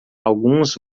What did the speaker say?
alguns